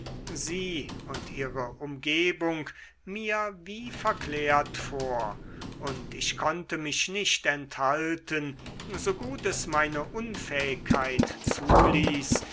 sie und ihre umgebung mir wie verklärt vor und ich konnte mich nicht enthalten so gut es meine unfähigkeit zuließ